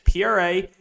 PRA